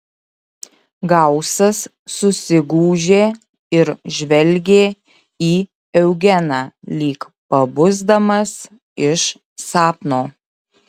gausas susigūžė ir žvelgė į eugeną lyg pabusdamas iš sapno